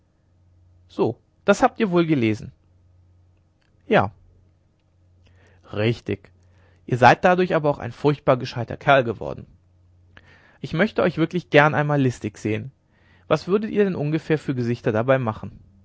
so das habt ihr wohl gelesen ja richtig ihr seid dadurch aber auch ein furchtbar gescheiter kerl geworden ich möchte euch wirklich gern einmal listig sehen was würdet ihr denn ungefähr für gesichter dabei machen